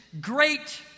great